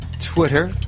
twitter